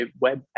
web